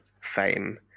fame